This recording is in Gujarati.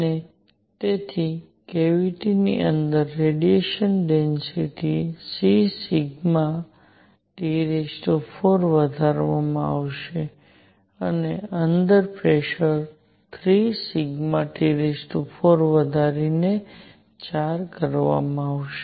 અને તેથી કેવીટીની અંદર રેડિયેશનની ડેન્સિટિ c T4 વધારવામાં આવશે અને અંદર પ્રેસર 3 σT4 વધારીને 4 કરવામાં આવશે